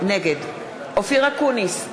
נגד אופיר אקוניס,